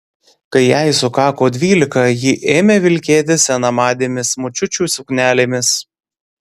kai jai sukako dvylika ji ėmė vilkėti senamadėmis močiučių suknelėmis